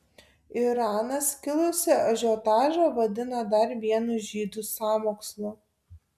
iranas kilusį ažiotažą vadina dar vienu žydų sąmokslu